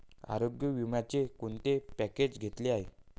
आरोग्य विम्याचे कोणते पॅकेज घेतले आहे?